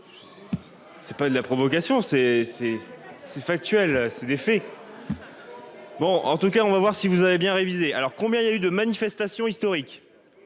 C'est pas de la provocation, c'est c'est c'est factuel. C'est des. Bon en tout cas on va voir si vous avez bien révisé. Alors combien il y a eu de manifestations historiques.